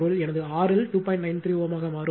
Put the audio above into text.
93 Ω ஆக மாறும்